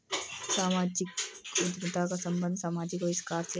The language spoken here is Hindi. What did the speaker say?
सामाजिक उद्यमिता का संबंध समाजिक आविष्कार से है